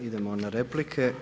Idemo na replike.